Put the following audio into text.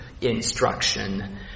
instruction